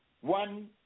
One